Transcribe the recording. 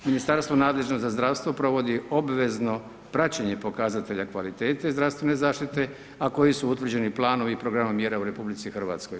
Ministarstvo nadležno za zdravstvo provodi obvezno praćenje pokazatelja kvalitete zdravstvene zaštite a koji su utvrđeni planom i programom mjera u RH.